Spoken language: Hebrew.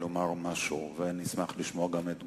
לומר משהו, ואשמח לשמוע גם את תגובתך.